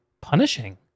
punishing